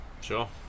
Sure